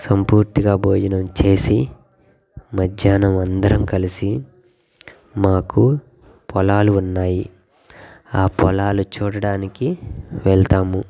సంపూర్తిగా భోజనం చేసి మధ్యాహ్నం అందరం కలిసి మాకు పొలాలు ఉన్నాయి ఆ పొలాలు చూడడానికి వెళ్తాము